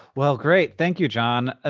well, great. thank you, john. ah